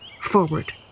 forward